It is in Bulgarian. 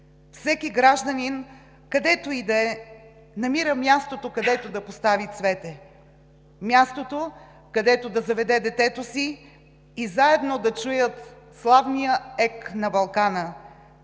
всеки гражданин, където и да е, намира мястото, където да постави цвете, мястото, където да заведе детето си и заедно да чуят славния ек на Балкана.